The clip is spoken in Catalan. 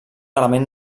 element